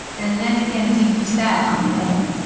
and then again, deeply sad on the other,